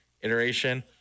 iteration